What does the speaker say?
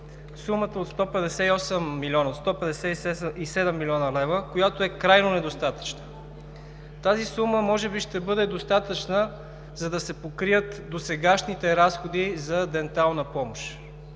Сумата от 157 млн. лв. е крайно недостатъчна. Тази сума може би ще бъде достатъчна, за да се покрият досегашните разходи за дентална помощ,